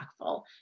impactful